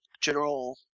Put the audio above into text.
General